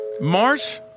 March